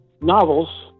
novels